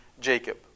Jacob